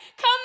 Come